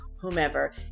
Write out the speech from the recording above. whomever